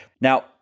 Now